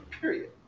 Period